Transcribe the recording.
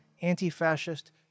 anti-fascist